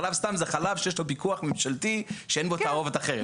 חלב סתם זה חלב שיש לו פיקוח ממשלתי שאין בו תערובת אחרת.